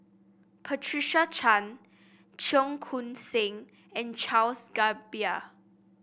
Patricia Chan Cheong Koon Seng and Charles Gamba